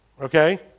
okay